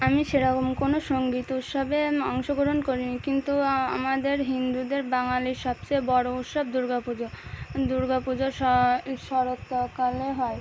আমি সেরকম কোনো সঙ্গীত উৎসবে অংশগ্রহণ করিনি কিন্তু আমাদের হিন্দুদের বাঙালির সবচেয়ে বড়ো উৎসব দুর্গা পুজো দুর্গা পুজো শ শরৎকালে হয়